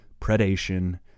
predation